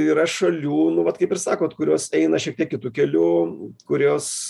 yra šalių nu vat kaip ir sakot kurios eina šiek tiek kitu keliu kurios